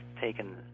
taken